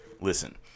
Listen